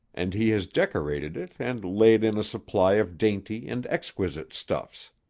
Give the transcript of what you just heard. and he has decorated it and laid in a supply of dainty and exquisite stuffs.